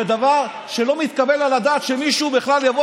זה דבר שלא מתקבל על הדעת שמישהו בכלל יבוא